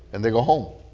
and they go home.